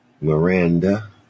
Miranda